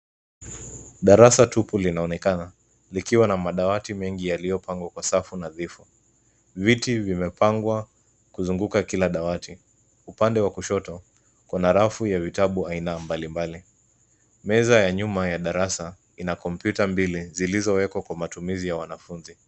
Darasa tupu linaonekana, likiwa na madawati mengi yaliyopangwa kwa safu nadhifu , viti vimepangwa kuzunguka kila dawati . Upande wa kushoto Kuna rafu ya vitabu ya aina mbalimbali, meza ya nyuma ya darasa ina kompyuta mbili ziliyowekwa kwa matumizi ya wanafunzi.